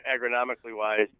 agronomically-wise